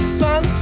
sun